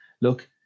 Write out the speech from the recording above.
look